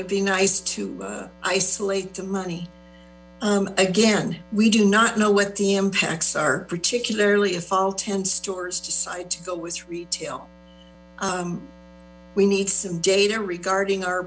it'd be nice to isolate the money again we do not know what the impacts are particularly if all ten stores decide to go with retail we need some data regarding our